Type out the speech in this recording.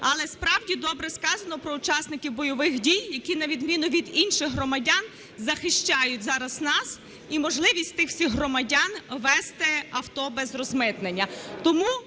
Але справді добре сказано про учасників бойових дій, які на відміну від інших громадян захищають зараз нас, і можливість тих всіх громадян ввезти авто без розмитнення.